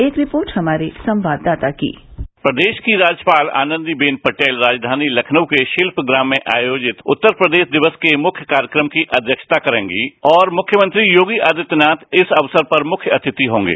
एक रिपोर्ट हमारे संवाददाता की प्रदेश की राज्यपाल आनंदीबेन पटेल राजघानी तखनऊ के शिल्पप्राम में आयोजित स्क्तर प्रदेश दिवसर के मुख्य कार्यक्रम की अच्छता करेंगे और मुख्यमंत्री योगी आदित्यनाथ इस अवसर पर मुख्य अतिथि होंगे